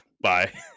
Bye